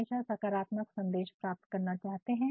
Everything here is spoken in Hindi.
लोग हमेशा सकारात्मक संदेश प्राप्त करना चाहते हैं